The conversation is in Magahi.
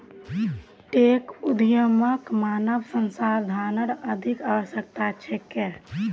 टेक उद्यमक मानव संसाधनेर अधिक आवश्यकता छेक